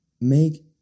make